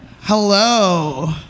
Hello